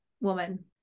woman